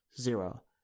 zero